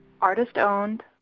Artist-owned